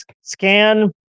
Scan